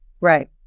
Right